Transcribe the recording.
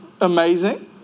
amazing